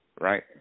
right